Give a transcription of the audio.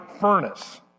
furnace